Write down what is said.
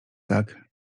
tak